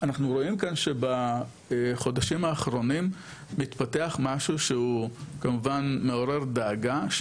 אנחנו רואים כאן שבחודשים האחרונים מתפתח משהו שהוא כמובן מעורר דאגה,